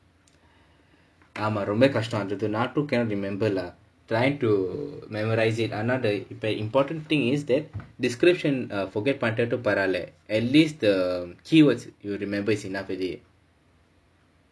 ஆமா ரொம்ப கஷ்டம்:aamaa romba kashtam I too cannot remember lah trying to memorise it another very important thing is that description err forget பண்ணட்டும் பரவாயில்லை:pannattum paravaayillai at least the keywords you remember is enough already